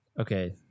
Okay